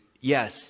yes